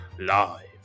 live